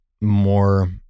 more